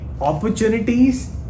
opportunities